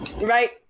Right